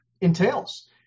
entails